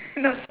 who knows